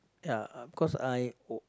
ya cause I o~